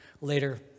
later